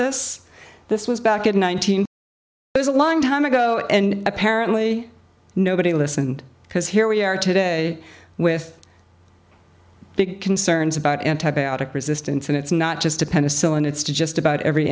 this this was back in one thousand is a long time ago and apparently nobody listened because here we are today with big concerns about antibiotic resistance and it's not just to penicillin it's just about every